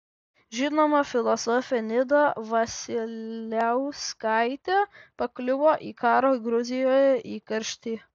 žinoma filosofė nida vasiliauskaitė pakliuvo į karo gruzijoje įkarštį